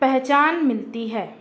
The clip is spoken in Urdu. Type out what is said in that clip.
پہچان ملتی ہے